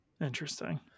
Interesting